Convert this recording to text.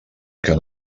que